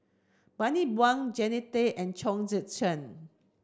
Bani Buang Jannie Tay and Chong Tze Chien